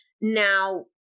now